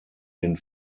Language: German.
den